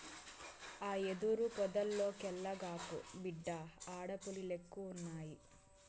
ఆ యెదురు పొదల్లోకెల్లగాకు, బిడ్డా ఆడ పులిలెక్కువున్నయి